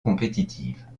compétitive